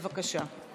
בבקשה.